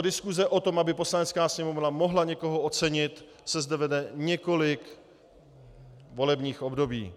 Diskuse o tom, aby tato Poslanecká sněmovna mohla někoho ocenit, se zde vede několik volebních období.